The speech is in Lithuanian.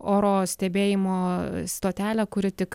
oro stebėjimo stotelę kuri tik